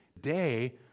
day